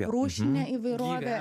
rūšinė įvairovė